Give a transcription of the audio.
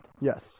Yes